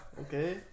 Okay